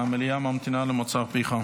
המליאה ממתינה למוצא פיך.